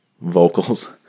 vocals